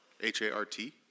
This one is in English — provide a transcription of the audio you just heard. H-A-R-T